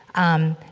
um,